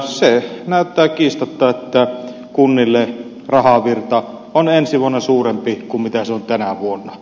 se näyttää kiistatta että kunnille rahavirta on ensi vuonna suurempi kuin se on tänä vuonna